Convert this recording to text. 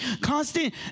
constant